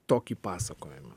tokį pasakojimą